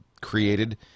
created